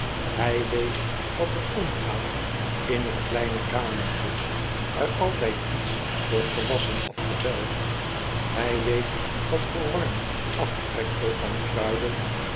hij weet wat er omgaat in t kleine kamertje waar altijd iets wordt gewasschen of gevijld hij weet wat voor warm aftreksel van kruiden